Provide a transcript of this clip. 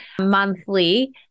monthly